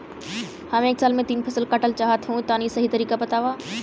हम एक साल में तीन फसल काटल चाहत हइं तनि सही तरीका बतावा?